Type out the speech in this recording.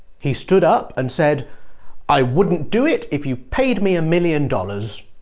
he stood up and said i wouldn't do it if you paid me a million dollars.